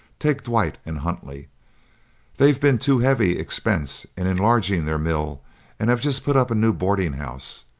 take dwight and huntley they've been to heavy expense in enlarging their mill and have just put up a new boarding-house,